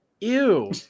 Ew